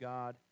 God